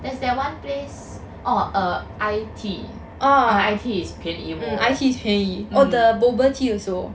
there's that one place oh err I tea oh I tea is 便宜 mm